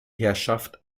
herrschaft